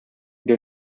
did